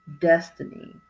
Destiny